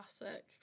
classic